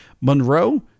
Monroe